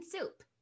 soup